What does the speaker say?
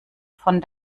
von